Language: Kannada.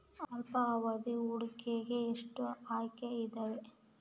ಅಲ್ಪಾವಧಿ ಹೂಡಿಕೆಗೆ ಎಷ್ಟು ಆಯ್ಕೆ ಇದಾವೇ?